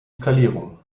skalierung